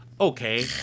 okay